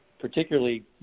particularly